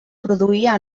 produïa